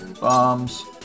Bombs